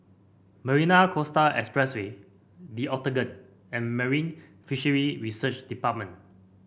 Marina Coastal Expressway The Octagon and Marine Fisheries Research Department